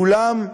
כולם העריצו,